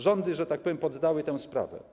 Rządy, że tak powiem, poddały tę sprawę.